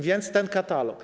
Więc ten katalog.